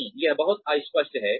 नहीं यह बहुत अस्पष्ट है